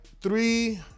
three